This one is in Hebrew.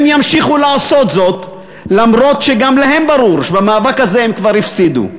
הם ימשיכו לעשות זאת אפילו שגם להם ברור שבמאבק הזה הם כבר הפסידו.